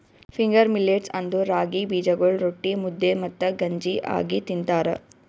finger millets ಅಂದುರ್ ರಾಗಿ ಬೀಜಗೊಳ್ ರೊಟ್ಟಿ, ಮುದ್ದೆ ಮತ್ತ ಗಂಜಿ ಆಗಿ ತಿಂತಾರ